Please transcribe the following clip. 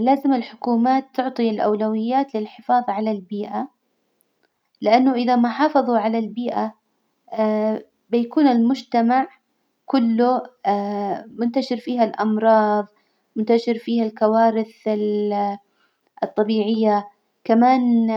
لازم الحكومات تعطي الأولويات للحفاظ على البيئة، لإنه إذا ما حافظوا على البيئة بيكون المجتمع كله منتشر فيها الأمراض، منتشر فيها الكوارث الطبيعية، كمان